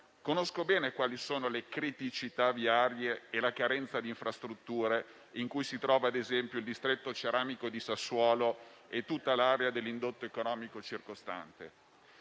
conosco bene quali sono le criticità viarie e la carenza di infrastrutture in cui si trova, ad esempio, il distretto ceramico di Sassuolo e tutta l'area dell'indotto economico circostante